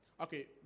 Okay